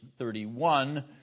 31